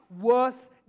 worse